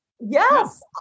Yes